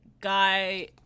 guy